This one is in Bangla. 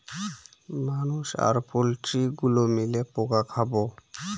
মানুষ আর পোল্ট্রি গুলো মিলে পোকা খাবো